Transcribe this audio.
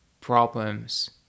problems